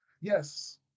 Yes